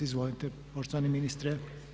Izvolite poštovani ministre.